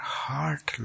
heart